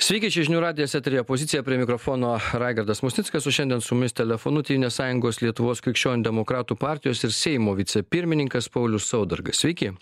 sveiki čia žinių radijas eteryje pozicija prie mikrofono raigardas musnickas o šiandien su mumis telefonu tėvynės sąjungos lietuvos krikščionių demokratų partijos ir seimo vicepirmininkas paulius saudargas sveiki